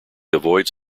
avoids